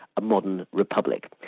a modern republic.